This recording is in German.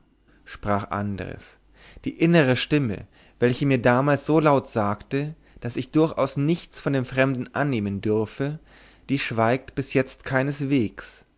sprach andres die innere stimme welche mir damals so laut sagte daß ich durchaus nichts von dem fremden annehmen dürfe die schweigt bis jetzt keineswegs